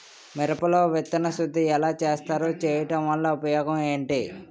మిరప లో విత్తన శుద్ధి ఎలా చేస్తారు? చేయటం వల్ల ఉపయోగం ఏంటి?